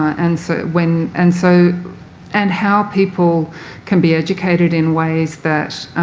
and so when and so and how people can be educated in ways that